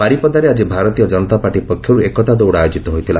ବାରିପଦାରେ ଆଜି ଭାରତୀୟ ଜନତା ପାର୍ଟି ପକ୍ଷରୁ ଏକତା ଦୌଡ଼ ଆୟୋଜିତ ହୋଇଥିଲା